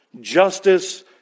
justice